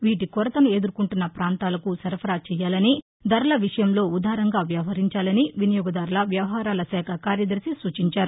వీటి కొరతను ఎదుర్కొంటున్న ప్రాంతాలకు సరఫరా చెయ్యాలని ధరల విషయంలో ఉదారంగా వ్యవహరించాలని వినియోగదారుల వ్యవహారాల శాఖ కార్యదర్శి సూచించారు